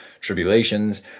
tribulations